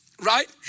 right